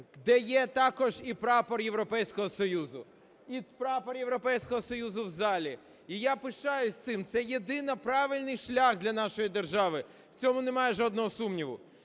де є також і прапор Європейського Союзу, і прапор Європейського Союзу в залі. І я пишаюсь цим. Це єдиний правильний шлях для нашої держави, в цьому немає жодного сумніву.